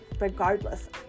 regardless